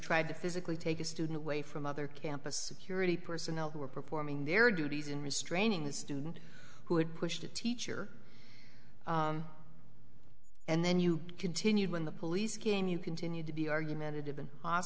tried to physically take a student away from other campus security personnel who are performing their duties in restraining the student who had pushed the teacher and then you continued when the police came you continued to be argumentative